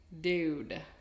Dude